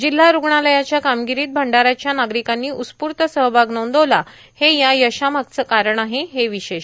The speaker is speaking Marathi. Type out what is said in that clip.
जिल्हा रूग्णालयाच्या कामगिरीत भंडाऱ्याच्या नागरिकांनी उत्स्फूर्त सहभाग नोंदवला हे या यशामागचं कारण आहे हे विशेष